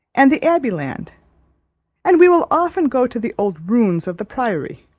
and the abbeyland and we will often go to the old ruins of the priory,